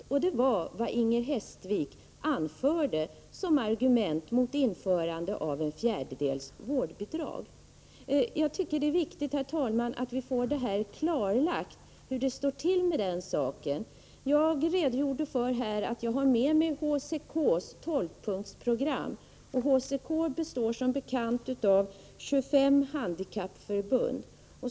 Det var vad Inger Hestvik anförde som argument mot införande av ett fjärdedels vårdbidrag. Herr talman! Jag tycker det är viktigt att få klarlagt hur det står till med den saken. Jag redogjorde för att jag här har med mig HCK:s tolvpunktsprogram. HCK består som bekant av 25 handikappförbund.